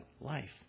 life